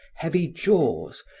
heavy jaws,